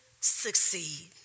succeed